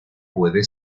puede